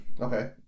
Okay